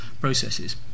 processes